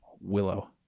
Willow